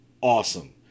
awesome